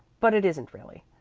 but it isn't really.